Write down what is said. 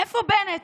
איפה בנט,